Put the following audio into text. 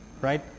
Right